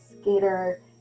skater